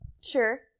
Sure